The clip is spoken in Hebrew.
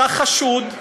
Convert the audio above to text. אתה חשוד,